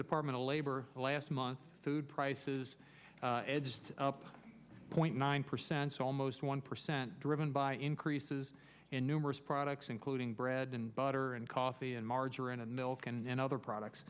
department of labor last month food prices edged up point nine percent almost one percent driven by increases in numerous products including bread and butter and coffee and margarine and milk and other products